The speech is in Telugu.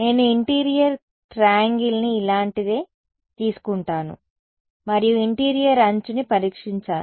నేను ఇంటీరియర్ ట్రయాంగిల్ని ఇలాంటిదే తీసుకుంటాను మరియు ఇంటీరియర్ అంచుని పరీక్షిస్తాను